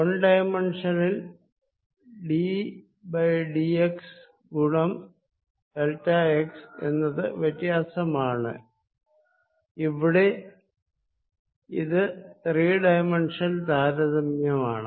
one ഡൈമെൻഷനിൽ d by d x ഗുണം delta x എന്നത് വ്യത്യാസമാണ് ഇവിടെ ഇത് ത്രീ ഡൈമെൻഷൻ താരതമ്യമാണ്